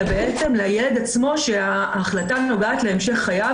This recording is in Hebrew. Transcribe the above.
אלא בעצם לילד עצמו שההחלטה נוגעת להמשך חייו,